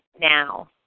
now